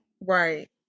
Right